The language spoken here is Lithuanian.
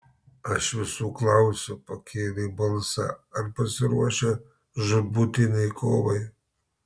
aš visų klausiu pakėlė balsą ar pasiruošę žūtbūtinei kovai